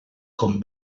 com